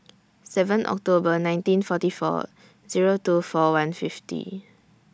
seven October nineteen forty four Zero two forty one fifty